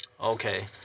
Okay